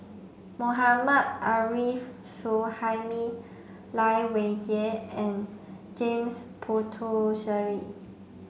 Mohammad Arif Suhaimi Lai Weijie and James Puthucheary